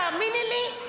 תאמיני לי,